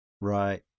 Right